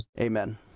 amen